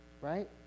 right